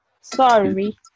Sorry